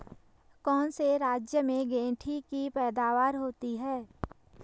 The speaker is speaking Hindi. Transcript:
कौन से राज्य में गेंठी की पैदावार होती है?